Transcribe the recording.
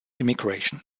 immigration